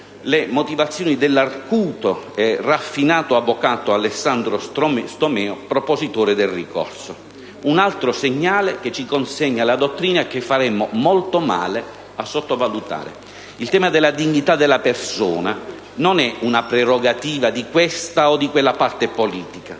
le motivazioni dell'acuto e raffinato avvocato Alessandro Stomeo, propositore del ricorso; è un altro segnale che ci consegna la dottrina e che faremmo molto male a sottovalutare. Il tema della dignità della persona non è una prerogativa di questa o quella parte politica!